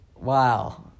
Wow